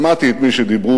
שמעתי את מי שדיברו